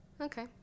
Okay